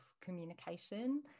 communication